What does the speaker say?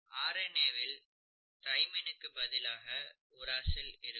R N A வில் தைமைனுக்கு பதிலாக உராசில் இருக்கும்